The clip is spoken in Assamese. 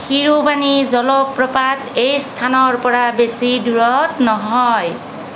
সিৰুবানী জলপ্ৰপাত এই স্থানৰ পৰা বেছি দূৰত নহয়